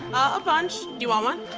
a bunch. do you want one?